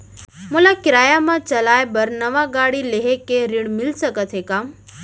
मोला किराया मा चलाए बर नवा गाड़ी लेहे के ऋण मिलिस सकत हे का?